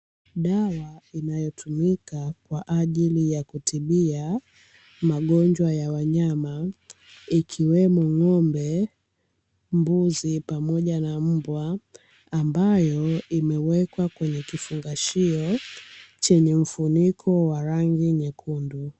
Dawa inayotumika kwaajili ya kutibia magonjwa ya wanyama ikiwemo ng'ombe, mbuzi pamoja na mbwa ambayo imewekwa kwenye kifungashio chenye mfuniko wa rangi nyekundu.